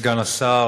אדוני סגן השר,